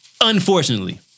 Unfortunately